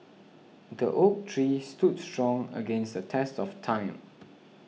the oak tree stood strong against the test of time